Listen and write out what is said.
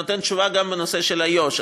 זה נותן תשובה גם בנושא איו"ש.